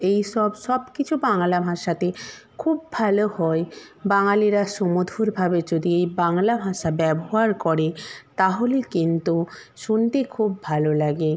এই সব সব কিছু বাংলা ভাষাতে খুব ভালো হয় বাঙালিরা সুমধুরভাবে যদি এই বাংলা ভাষা ব্যবহার করে তাহলে কিন্তু শুনতে খুব ভালো লাগে